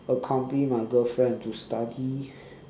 accompany my girlfriend to study